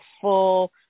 full